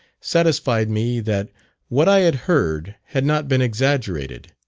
satisfied me that what i had heard had not been exaggerated.